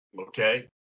Okay